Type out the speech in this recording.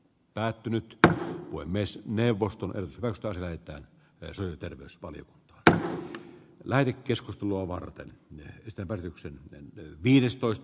päättynyt että voi myös neuvoston ja weusta näyttää väsyy terveyspalin ddr läinen keskustelua varten tehdystä vartiuksen ja viistoist